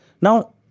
Now